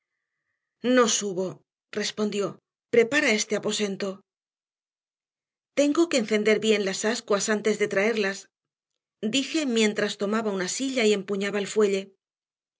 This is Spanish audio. no subo respondió prepara este aposento tengo que encender bien las ascuas antes de traerlas dije mientras tomaba una silla y empuñaba el fuelle